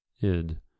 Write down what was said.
id